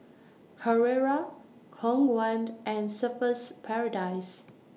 Carrera Khong Guan and Surfer's Paradise